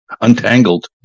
Untangled